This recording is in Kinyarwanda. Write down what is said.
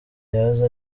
yaza